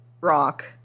rock